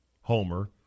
Homer